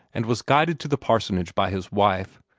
and was guided to the parsonage by his wife,